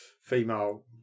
female